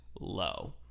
low